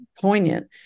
poignant